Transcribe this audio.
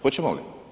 Hoćemo li?